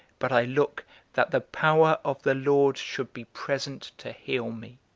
but i look that the power of the lord should be present to heal me.